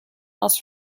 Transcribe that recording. else